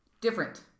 Different